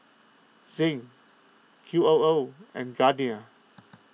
Zinc Q O O and Garnier